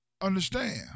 understand